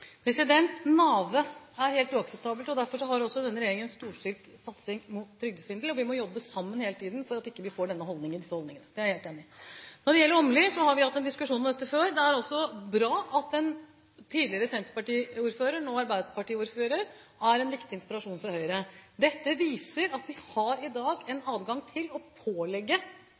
er helt uakseptabelt. Derfor har denne regjeringen en storstilt satsing mot trygdesvindel, og vi må hele tiden jobbe sammen for at vi ikke får disse holdingene. Det er jeg helt enig i. Når det gjelder Åmli, har vi hatt en diskusjon om dette før. Det er bra at en tidligere senterpartiordfører, nå arbeiderpartiordfører, er en viktig inspirasjon for Høyre. Dette viser at vi i dag har en adgang til å pålegge